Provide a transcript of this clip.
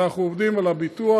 אנחנו עובדים על הביטוח.